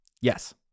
Yes